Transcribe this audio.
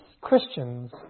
Christians